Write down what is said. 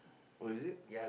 oh is it